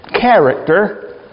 character